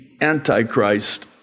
Antichrist